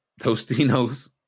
Tostinos